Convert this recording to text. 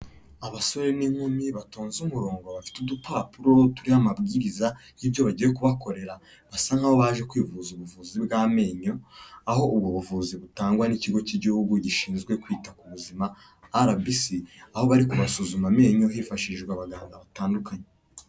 Abasore n'inkumi batonze umurongo, bafite udupapuro turiho amabwiriza y'ibyo bagiye kubakorera, basa nkaho baje kwivuza ubuvuzi bw'amenyo, aho ubwo buvuzi butangwa n'ikigo cy'igihugu gishinzwe kwita ku buzima RBC, aho bari kubasuzuma amenyo hifashishijwe abaganga batandukanye.